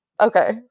Okay